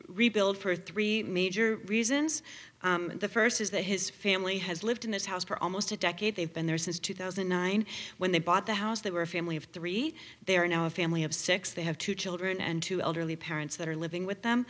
rebuild for three major reasons the first is that his family has lived in this house for almost a decade they've been there since two thousand and nine when they bought the house they were a family of three they are now a family of six they have two children and two elderly parents that are living with them